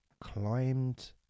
Climbed